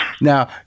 now